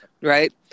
right